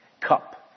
Cup